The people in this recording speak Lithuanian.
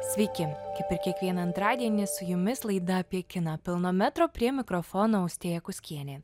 sveiki kaip ir kiekvieną antradienį su jumis laida apie kiną pilno metro prie mikrofono austėja kuskienė